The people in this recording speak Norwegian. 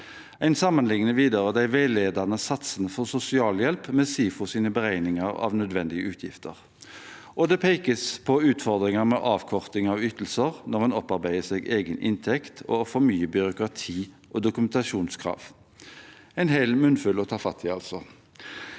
Man sammenligner videre de veiledende satsene for sosialhjelp med SIFOs beregninger av nødvendige utgifter, og det pekes på utfordringer med avkorting av ytelser når man opparbeider seg egen inntekt, og for mye byråkrati og dokumentasjonskrav – en hel munnfull å ta fatt i, altså.